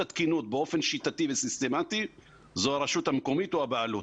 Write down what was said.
התקינות באופן שיטתי וסיסטמתי זו הרשות המקומית או הבעלות.